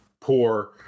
poor